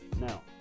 now